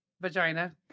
vagina